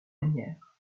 manières